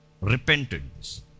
Repentance